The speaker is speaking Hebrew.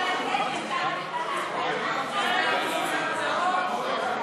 לוועדת הפנים והגנת הסביבה נתקבלה.